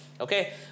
okay